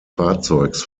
fahrzeugs